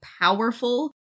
powerful